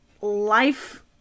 life